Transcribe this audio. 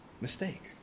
mistake